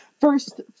First